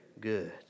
good